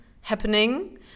happening